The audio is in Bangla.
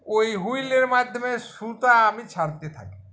ওই হুইলের মাধ্যমে সুতো আমি ছাড়তে থাকি